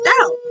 out